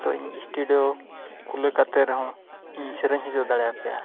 ᱛᱚ ᱤᱧ ᱮᱴᱩᱰᱤᱭᱳ ᱠᱷᱩᱞᱟᱹᱣ ᱠᱟᱛᱮᱫ ᱨᱮ ᱦᱚᱸ ᱤᱧ ᱥᱮᱨᱮᱧ ᱦᱚᱪᱚ ᱫᱟᱲᱮ ᱯᱮᱭᱟ